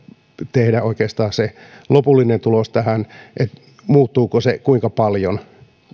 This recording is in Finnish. tehdä oikeastaan se lopullinen tulos tähän että muuttuuko se kuinka paljon